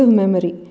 memory